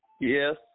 Yes